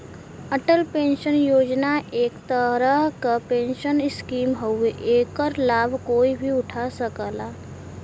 Atal pension योजना एक तरह क पेंशन स्कीम हउवे एकर लाभ कोई भी उठा सकला